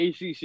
ACC